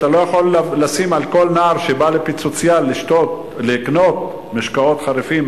אתה לא יכול לשים על כל נער שבא ל"פיצוצייה" לקנות משקאות חריפים,